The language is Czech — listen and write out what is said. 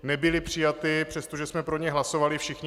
Nebyly přijaty, přestože jsme pro ně hlasovali všichni.